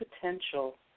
potential